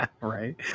Right